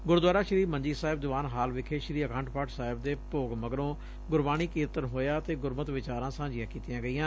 Gurdwara Sri Manji Sahib Diwan hall ਵਿਖੇ ਸ੍ਰੀ ਅਖੰਡ ਪਾਠ ਸਾਹਿਬ ਦੇ ਭੋਗ ਮਗਰੋ ਗੁਰਬਾਣੀ ਕੀਰਤਨ ਹੋਇਆ ਅਤੇ ਗੁਰਮਤਿ ਵਿਚਾਰਾਂ ਸਾਂਝੀਆਂ ਕੀਤੀਆਂ ਗਈਆਂ